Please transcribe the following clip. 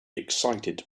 excited